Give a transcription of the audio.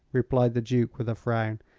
replied the duke, with a frown.